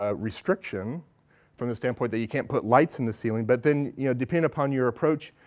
ah restriction from the standpoint that you can't put lights in the ceiling. but then, you know, depending upon your approach,